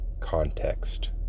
context